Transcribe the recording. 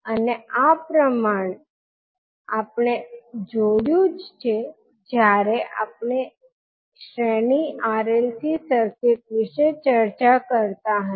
અને આ આપણે જોયું જ છે જયારે આપણે શ્રેણી RLC સર્કિટ વિશે ચર્ચા કરતા હતા